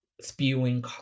spewing